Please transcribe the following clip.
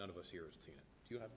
none of us here you have